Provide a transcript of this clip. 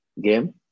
game